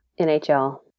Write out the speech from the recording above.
NHL